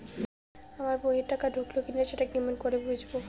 আমার বইয়ে টাকা ঢুকলো কি না সেটা কি করে বুঝবো?